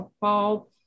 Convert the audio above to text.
fall